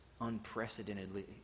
unprecedentedly